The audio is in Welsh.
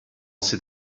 sydd